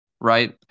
Right